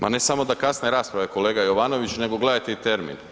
Ma ne samo da kasne rasprave kolega Jovanović, nego gledajte i termin.